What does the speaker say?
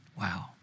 Wow